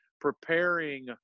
preparing